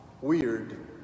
weird